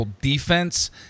defense